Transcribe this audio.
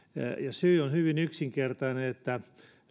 syy on hyvin yksinkertainen